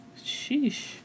sheesh